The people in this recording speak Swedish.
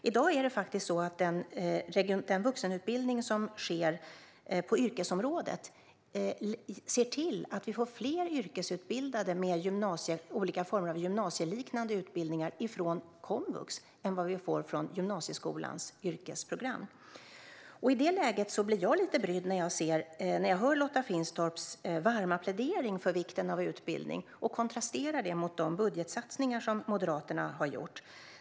I dag är det faktiskt så att den vuxenutbildning som sker på yrkesområdet ser till att vi får fler yrkesutbildade, med olika former av gymnasieliknande utbildningar, från komvux än vi får från gymnasieskolans yrkesprogram. I det läget blir jag lite brydd när jag hör Lotta Finstorps varma plädering för vikten av utbildning och kontrasterar det mot de budgetsatsningar som Moderaterna har gjort.